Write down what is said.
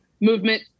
movement